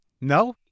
No